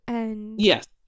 Yes